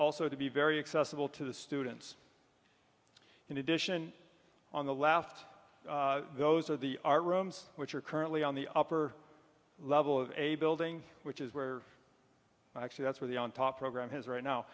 also to be very accessible to the students in addition on the last those are the art rooms which are currently on the upper level of a building which is where actually that's where the on top program has right now